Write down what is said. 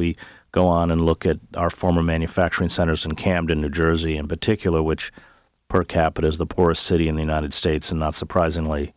we go on and look at our former manufacturing centers in camden new jersey in particular which per capita is the poorest city in the united states and not surprisingly